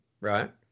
right